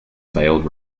failed